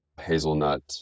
hazelnut